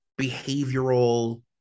behavioral